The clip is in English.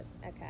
Okay